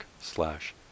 slash